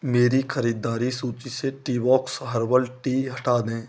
मेरी ख़रीदारी सूची से टीबॉक्स हर्बल टी हटा दें